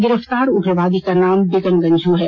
गिरफ्तार उग्रवादी का नाम बिगन गंझू है